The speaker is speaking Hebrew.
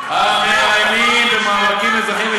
של גורמים חוץ-ממשלתיים המאיימים במאבקים אזרחיים,